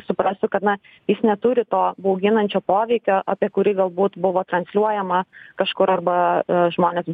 suprasiu kad na jis neturi to bauginančio poveikio apie kurį galbūt buvo transliuojama kažkur arba žmonės